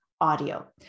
audio